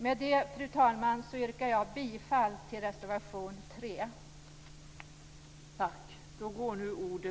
Med det, fru talman, yrkar jag bifall till reservation 3.